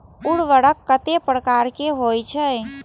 उर्वरक कतेक प्रकार के होई छै?